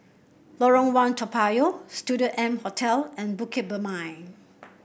Lorong One Toa Payoh Studio M Hotel and Bukit Purmei